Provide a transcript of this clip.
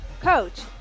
coach